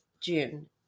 June